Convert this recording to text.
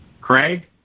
Craig